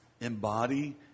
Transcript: embody